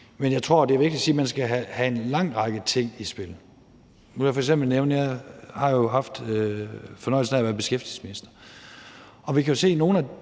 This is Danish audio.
Men jeg tror, det er vigtigt at sige, at man skal bringe en lang række ting i spil. Jeg har jo haft fornøjelsen af at være beskæftigelsesminister.